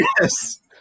Yes